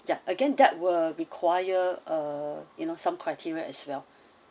yeah again that will require uh you know some criteria as well